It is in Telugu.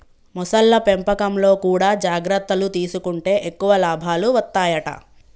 మొసళ్ల పెంపకంలో కూడా జాగ్రత్తలు తీసుకుంటే ఎక్కువ లాభాలు వత్తాయట